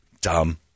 Dumb